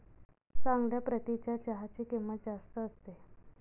चांगल्या प्रतीच्या चहाची किंमत जास्त असते